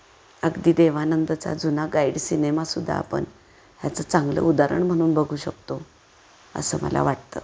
अगदी देव आनंदचा जुना गाईड सिनेमासुद्धा आपण ह्याचं चांगलं उदाहरण म्हणून बघू शकतो असं मला वाटतं